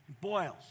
boils